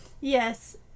Yes